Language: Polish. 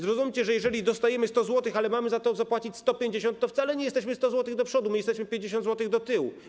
Zrozumcie, że jeżeli dostajemy 100 zł, ale mamy za to zapłacić 150 zł, to wcale nie jesteśmy 100 zł do przodu – jesteśmy 50 zł do tyłu.